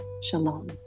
shalom